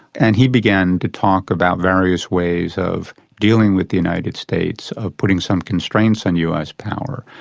and he began to talk about various ways of dealing with the united states, of putting some constraints on us power.